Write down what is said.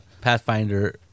Pathfinder